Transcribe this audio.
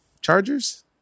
Chargers